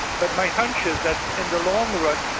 but my hunch is that in the long run,